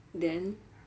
then